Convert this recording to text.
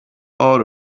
all